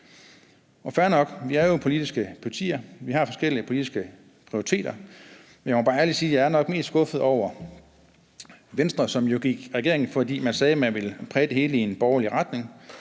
er fair nok. Vi er jo politiske partier; vi har forskellige politiske prioriteter. Men jeg må bare ærligt sige, at jeg nok mest er skuffet over Venstre, som jo gik i regering, fordi de sagde, at de ville præge det hele i en borgerlig retning,